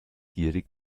gierig